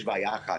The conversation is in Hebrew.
יש בעיה אחת